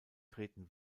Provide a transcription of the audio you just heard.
treten